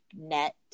net